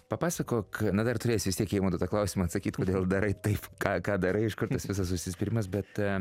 papasakok na dar turėsi vis tiek į eimanto tą klausimą atsakyt kodėl darai taip ką ką darai iš kur tas visas užsispyrimas bet